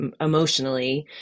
emotionally